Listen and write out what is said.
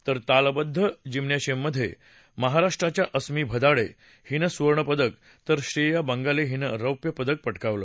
तर तालबद्ध जिम्नश्रियम मध्ये महाराष्ट्राच्या अस्मी भदाडे हिनं सुवर्णपदक तर श्रेया बंगाले हिनं रौप्यपदक पटकावलं